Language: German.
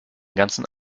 ganzen